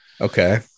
Okay